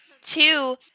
two